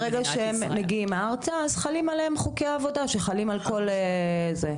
ברגע שהם מגיעים ארצה חלים עליהם חוקי העבודה שחלים על כל אחד.